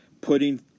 putting